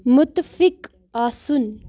مُتفِق آسُن